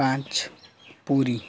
ପାଞ୍ଚ ପୁରୀ